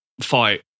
fight